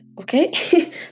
okay